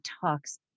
talks